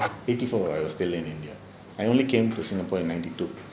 eighty four I was still in india I only came to singapore in ninety two